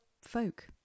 folk